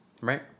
Right